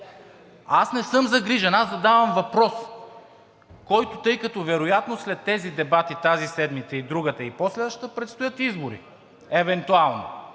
Аз не съм загрижен, аз задавам въпрос, който, тъй като вероятно след тези дебати тази седмица и другата, и по-следващата, предстоят избори. Евентуално.